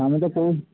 সামনে তো পৌষ